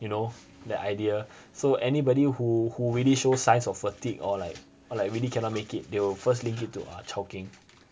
you know that idea so anybody who who really showed signs of fatigue or like or like really cannot make it they will first linked it to uh chao keng